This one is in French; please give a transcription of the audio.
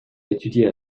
étudier